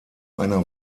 einer